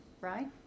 Right